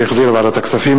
שהחזירה ועדת הכספים,